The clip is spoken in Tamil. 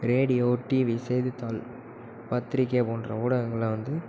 ரேடியோ டிவி செய்தித்தாள் பத்திரிக்கை போன்ற ஊடகங்களில் வந்து